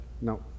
no